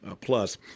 plus